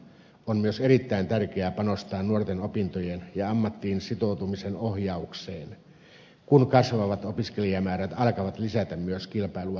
on myös erittäin tärkeää panostaa nuorten opintojen ja ammattiin sitoutumisen ohjaukseen kun kasvavat opiskelijamäärät alkavat lisätä myös kilpailua työpaikoista